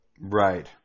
Right